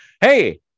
Hey